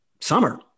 Summer